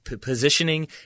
positioning